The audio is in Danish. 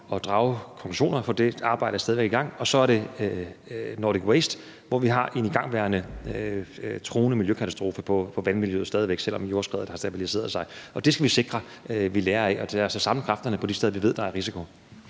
at drage konklusionerne på det arbejde, for det er stadig væk i gang. Og så er der Nordic Waste, hvor vi har en igangværende truende miljøkatastrofe for vandmiljøet stadig væk, selv om jordskreddet har stabiliseret sig. Det skal vi sikre os at vi lærer af, og lad os så samle kræfterne de steder, hvor vi ved at der er risiko.